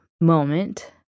moment